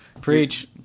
Preach